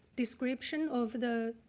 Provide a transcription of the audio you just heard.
description of the